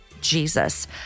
Jesus